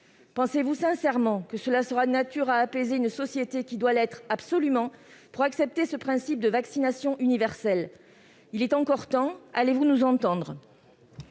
Pensez-vous sincèrement que cela sera de nature à apaiser une société qui doit absolument l'être pour accepter le principe de la vaccination universelle ? Il est encore temps, mais allez-vous nous entendre ?